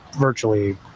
virtually